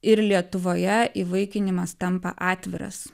ir lietuvoje įvaikinimas tampa atviras